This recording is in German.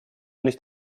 nicht